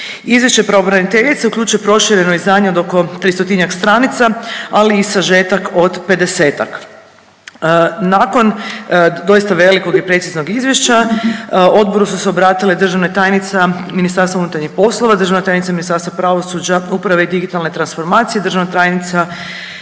Izvješće pravobraniteljice uključuje prošireno izdanje od oko tristotinjak stranica, ali i sažetak od pedesetak. Nakon doista velikog i preciznog izvješća odboru su se obratile državna tajnica Ministarstva unutarnjih poslova, državna tajnica Ministarstva pravosuđa, uprave i digitalne transformacije, državna tajnica